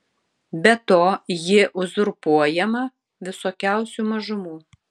be to ji uzurpuojama visokiausių mažumų